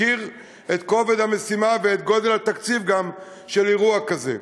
מכיר את כובד המשימה וגם את גודל התקציב של אירוע כזה.